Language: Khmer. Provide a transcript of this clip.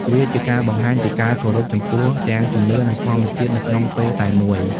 វាជាការបង្ហាញពីការគោរពចំពោះទាំងជំនឿនិងធម្មជាតិនៅក្នុងពេលតែមួយ។